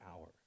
hour